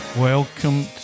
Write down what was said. Welcome